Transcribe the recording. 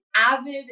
avid